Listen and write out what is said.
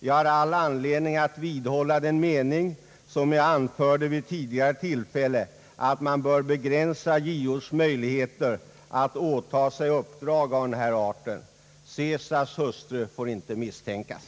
Jag har all anledning att vidhålla den mening som jag anförde vid ett tidigare tillfälle, nämligen att JO:s möjligheter att åta sig uppdrag av denna art bör begränsas — Cesars hustru får inte ens misstänkas.